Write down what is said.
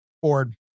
Ford